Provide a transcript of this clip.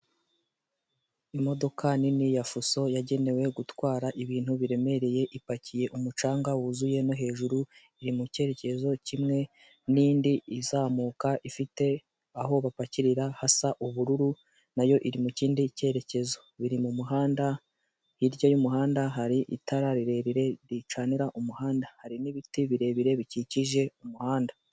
Imodoka nini ya fuso yagenewe gutwara ibintu biremereye, ipakiye umucanga wuzuye no hejuru iri mu cyerekezo kimwe n'indi izamuka ifite aho bapakirira hasa ubururu, nayo iri mu kindi cyerekezo biri mu muhanda hirya y'umuhanda hari itara rirerire ricanira umuhanda hari n'ibiti birebire bikikije umuhanda.